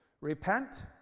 Repent